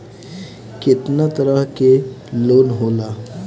केतना तरह के लोन होला?